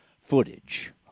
footage